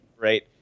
right